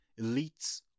elites